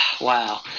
wow